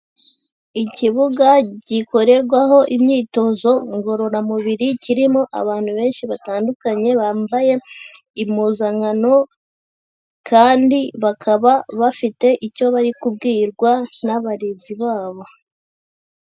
Ikibuga gikorerwaho imyitozo ngororamubiri kirimo abantu benshi batandukanye bambaye impuzankano kandi bakaba bafite icyo bari kubwirwa n'abarezi babo.